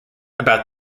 about